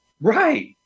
Right